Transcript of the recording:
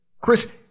Chris